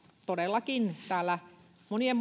todellakin täällä monien